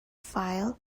file